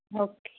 okay